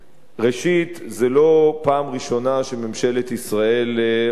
ראשית, זו לא הפעם הראשונה שממשלת ישראל עושה זאת.